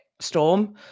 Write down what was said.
storm